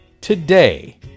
today